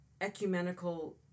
ecumenical